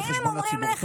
ואם הם אומרים לך,